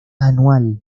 anual